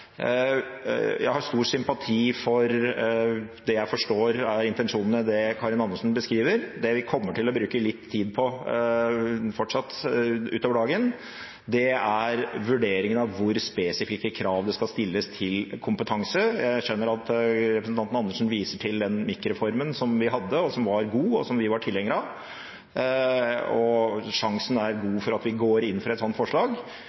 Jeg har stor sympati for det jeg forstår er intensjonene i det Karin Andersen beskriver. Det vi kommer til å bruke litt tid på fortsatt utover dagen, er vurderingen av hvor spesifikke krav det skal stilles til kompetanse. Jeg skjønner at representanten Andersen viser til den MIK-reformen som vi hadde, og som var god, og som vi var tilhenger av. Sjansen er god for at vi går inn for et slikt forslag,